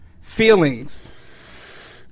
Feelings